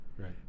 right